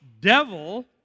devil